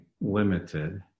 limited